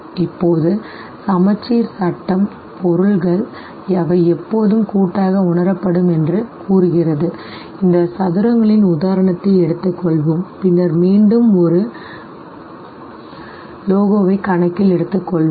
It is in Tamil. இப்போது சமச்சீர் சட்டம் சமச்சீர் பொருள்கள் அவை எப்போதும் கூட்டாக உணரப்படும் என்று கூறுகிறது இந்த சதுரங்களின் உதாரணத்தை எடுத்துக்கொள்வோம் பின்னர் மீண்டும் ஒரு லோகோவை கணக்கில் எடுத்துக்கொள்வோம்